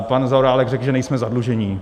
Pan Zaorálek řekl, že nejsme zadlužení.